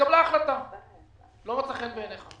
התקבלה החלטה שלא מוצאת חן בעיניך,